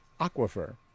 aquifer